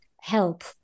help